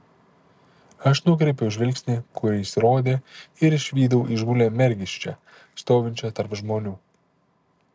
aš nukreipiau žvilgsnį kur jis rodė ir išvydau įžūlią mergiščią stovinčią tarp žmonių